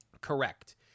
Correct